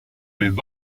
les